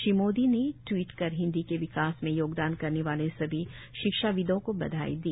श्री मोदी ने ट्वीट कर हिन्दी के विकास में योगदान करने वाले सभी भाषाविदों को बधाई दी